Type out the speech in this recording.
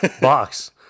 box